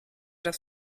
das